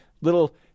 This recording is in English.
Little